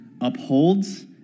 upholds